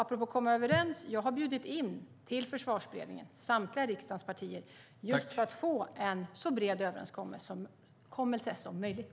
Apropå att komma överens har jag bjudit in samtliga riksdagens partier till Försvarsberedningen just för att få en så bred överenskommelse som möjligt.